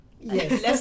Yes